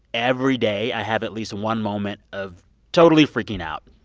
every day, i have at least one moment of totally freaking out.